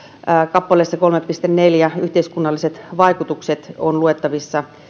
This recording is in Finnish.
kappaleessa kolme piste neljä yhteiskunnalliset vaikutukset on luettavissa